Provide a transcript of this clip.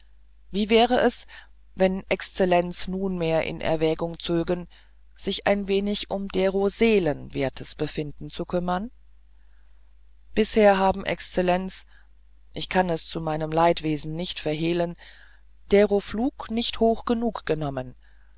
wie wäre es wenn exzellenz nunmehr in erwägung zögen sich ein wenig um dero seelen wertes befinden zu kümmern bisher haben exzellenz ich kann es zu meinem leidwesen nicht verhehlen dero flug nicht hoch genug genommen